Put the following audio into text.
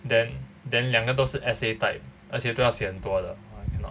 then then 两个都是 essay type 而且都要写很多的